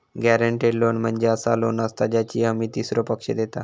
guaranteed loan म्हणजे असा loan असता ज्याची हमी तीसरो पक्ष देता